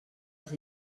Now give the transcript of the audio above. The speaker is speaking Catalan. els